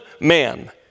man